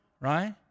Right